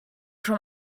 from